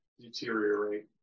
deteriorate